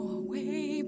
away